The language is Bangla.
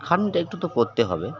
খাটনিটা একটু তো করতে হবে